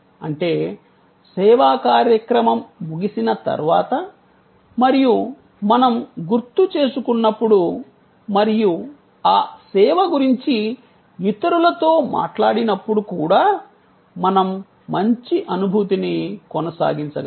అంటే సేవా కార్యక్రమం ముగిసిన తర్వాత మరియు మనం గుర్తుచేసుకున్నప్పుడు మరియు ఆ సేవ గురించి ఇతరులతో మాట్లాడినప్పుడు కూడా మనం మంచి అనుభూతిని కొనసాగించగలము